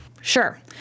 Sure